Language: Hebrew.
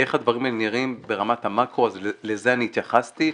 איך הדברים נראים ברמת המקרו לזה אני התייחסתי,